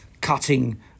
cutting